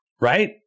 right